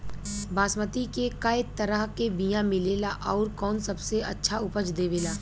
बासमती के कै तरह के बीया मिलेला आउर कौन सबसे अच्छा उपज देवेला?